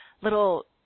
little